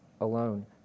alone